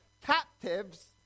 captives